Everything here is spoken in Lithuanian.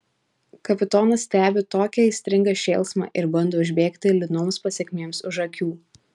kapitonas stebi tokį aistringą šėlsmą ir bando užbėgti liūdnoms pasekmėms už akių